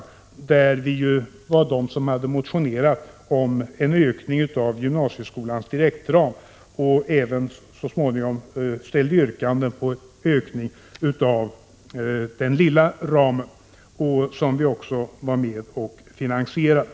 Moderata samlingspartiet var det parti som hade motionerat om en ökning av gymnasieskolans direktram och även ställt yrkanden om en ökning av den lilla ramen. Vi föreslog också hur denna ökning skulle finansieras.